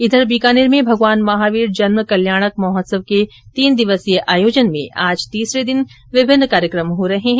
इघर बीकानेर में भगवान महावीर जन्म कल्याणक महोत्सव के तीन दिवसीय आयोजन में आज तीसरे दिन विभिन्न कार्यक्रम हो रहे है